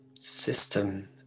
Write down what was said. system